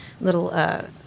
little